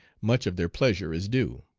much of their pleasure is due.